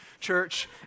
church